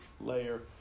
layer